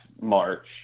March